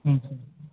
ಹ್ಞೂ